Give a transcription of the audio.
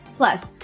Plus